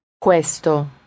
Questo